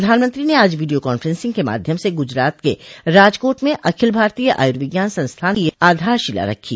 प्रधानमंत्री ने आज वोडियो कांफ्रेंसिंग के माध्यम से गुजरात के राजकोट में अखिल भारतीय आयूर्विज्ञान संस्थान की आधारशिला रखी